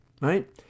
right